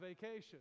vacation